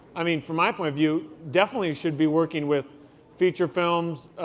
i mean from my point of view, definitely should be working with feature films,